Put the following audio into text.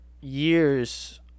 years